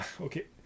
Okay